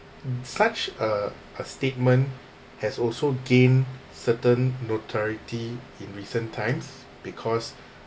such a a statement has also gain certain notoriety in recent times because